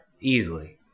Easily